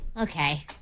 Okay